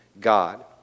God